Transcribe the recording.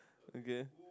okay